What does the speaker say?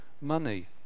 money